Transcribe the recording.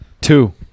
Two